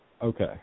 Okay